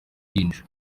uruhinja